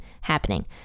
happening